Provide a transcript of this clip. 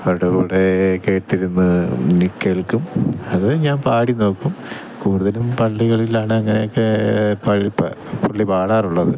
അവരുടെ കൂടെ കേട്ടിരുന്ന് കേൾക്കും അത് ഞാൻ പാടി നോക്കും കൂടുതലും പള്ളികളിലാണ് ഇങ്ങനെയൊക്കെ പുള്ളി പാടാറുള്ളത്